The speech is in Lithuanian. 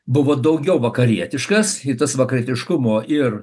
buvo daugiau vakarietiškas ir tas vakarietiškumo ir